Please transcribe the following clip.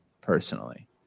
personally